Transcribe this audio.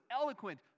eloquent